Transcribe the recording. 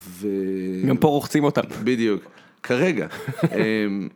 גם פה רוחצים אותה בדיוק כרגע.